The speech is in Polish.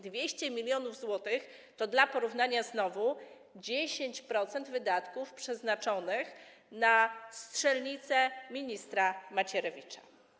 200 mln zł to dla porównania znowu 10% wydatków przeznaczonych na strzelnice ministra Macierewicza.